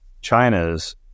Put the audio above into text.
China's